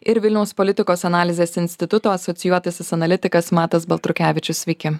ir vilniaus politikos analizės instituto asocijuotasis analitikas matas baltrukevičius sveiki